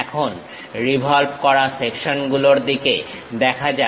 এখন রিভলভ করা সেকশনগুলোর দিকে দেখা যাক